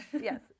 Yes